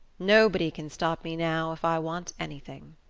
nobody can stop me now if i want anything.